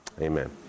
Amen